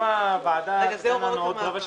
אם הוועדה תיתן לנו עוד רבע שעה,